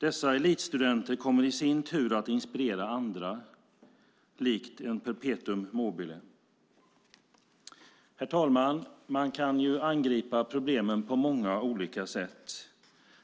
Dessa elitstudenter kommer i sin tur att inspirera andra likt en perpetuum mobile. Herr talman! Man kan angripa problemen på många olika sätt.